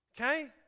Okay